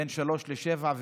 בין שלוש לשבע,